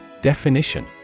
Definition